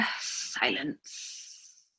silence